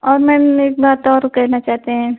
और मैम एक बात और कहना चाहते हैं